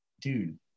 dude